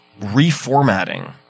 reformatting